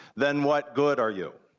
then what good are you?